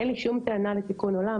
אין לי שום טענה לתיקון עולם,